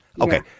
Okay